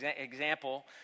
example